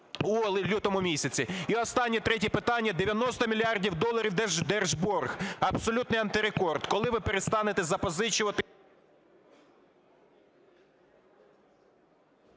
у лютому місяці? І останнє третє питання. 90 мільярдів доларів держборг – абсолютний антирекорд. Коли ви перестанете запозичувати…?